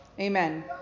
Amen